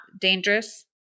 dangerous